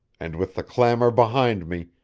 and with the clamor behind me,